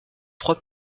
trois